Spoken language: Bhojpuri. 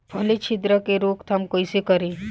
फली छिद्रक के रोकथाम कईसे करी?